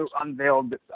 unveiled